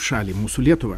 šalį mūsų lietuvą